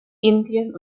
indien